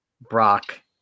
Brock